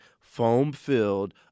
foam-filled